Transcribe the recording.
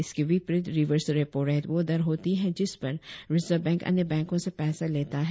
इसके विपरीत reverse repo rate वह दर होती है जिस पर रिजर्व बैंक अन्य बैंकों से पैसे लेता है